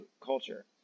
culture